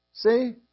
See